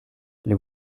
les